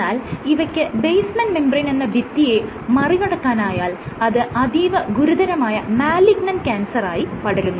എന്നാൽ ഇവയ്ക്ക് basement membrane എന്ന ഭിത്തിയെ മറികടക്കാനായാൽ അത് അതീവ ഗുരുതരമായ മാലിഗ്നന്റ് ക്യാൻസറായി പടരുന്നു